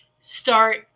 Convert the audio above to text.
start